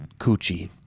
Coochie